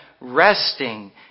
resting